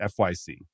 FYC